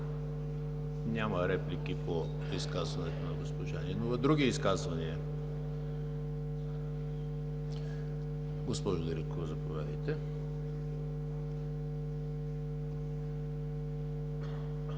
Няма реплики по изказването на госпожа Нинова. Други изказвания? Госпожо Дариткова, заповядайте.